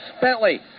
Bentley